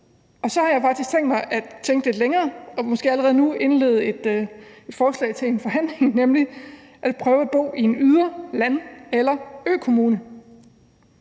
Og så har jeg faktisk tænkt mig at tænke lidt længere og måske allerede nu indlede et forslag til en forhandling, nemlig at prøve at bo i en ydre land- eller økommune.